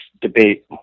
debate